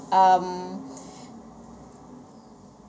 um